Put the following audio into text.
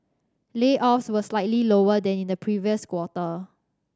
layoffs were slightly lower than in the previous quarter